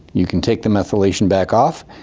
you can take the methylation back off,